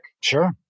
Sure